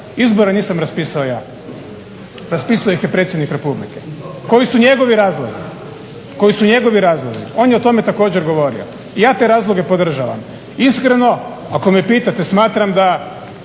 izbore nisam raspisao ja. Raspisao ih je Predsjednik Republike. Koji su njegovi razlozi, koji su njegovi razlozi, on je o tome također govorio. Ja te razloge podržavam. Iskreno, ako me pitate, smatram da